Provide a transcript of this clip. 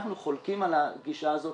אנחנו חולקים על הגישה הזאת.